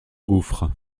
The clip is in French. gouffre